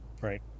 Right